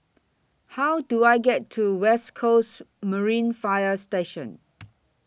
How Do I get to West Coasts Marine Fire Station